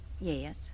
Yes